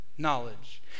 Knowledge